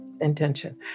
Intention